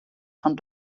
von